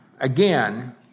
again